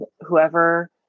whoever